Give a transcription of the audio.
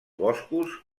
boscos